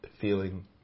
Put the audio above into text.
feeling